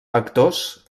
actors